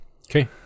Okay